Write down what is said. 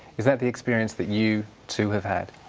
is that the experience that you, too, have had?